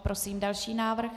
Prosím další návrh.